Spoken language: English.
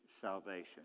salvation